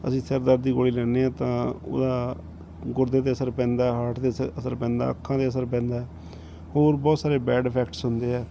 ਅਸੀਂ ਸਿਰ ਦਰਦ ਦੀ ਗੋਲੀ ਲੈਂਦੇ ਹਾਂ ਤਾਂ ਉਹਦਾ ਗੁਰਦੇ 'ਤੇ ਅਸਰ ਪੈਂਦਾ ਹਾਰਟ 'ਤੇ ਅਸ ਅਸਰ ਪੈਂਦਾ ਅੱਖਾਂ 'ਤੇ ਅਸਰ ਪੈਂਦਾ ਹੋਰ ਬਹੁਤ ਸਾਰੇ ਬੈਡ ਇਫੈਕਟਸ ਹੁੰਦੇ ਆ